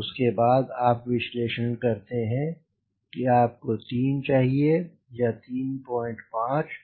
उसके बाद आप विश्लेषण करते हैं कि आपको 3 चाहिए या 35 चाहिए